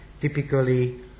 typically